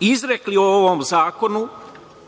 izrekli o ovom zakonu